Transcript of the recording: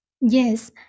Yes